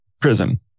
prison